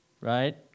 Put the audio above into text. right